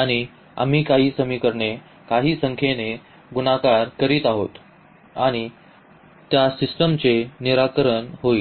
आणि आम्ही काही समीकरणे काही संख्येने गुणाकार करीत आहोत आणि त्या सिस्टमचे निराकरण होईल